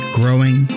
growing